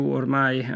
ormai